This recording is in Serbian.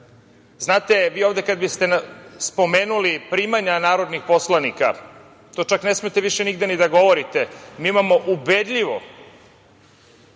vi ovde kada biste spomenuli primanja narodnih poslanika, to čak ne smete više nigde ni da govorite, mi imamo ubedljivo